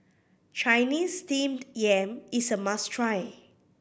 Chinese Steamed Yam is a must try